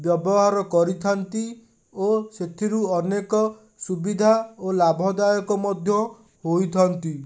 ବ୍ୟବହାର କରିଥାନ୍ତି ଓ ସେଥିରୁ ଅନେକ ସୁବିଧା ଓ ଲାଭଦାୟକ ମଧ୍ୟ ହୋଇଥାନ୍ତି